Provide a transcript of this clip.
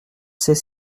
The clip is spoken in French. sait